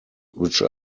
which